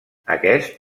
aquest